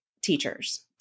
teachers